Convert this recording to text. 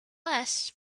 less